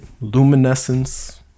luminescence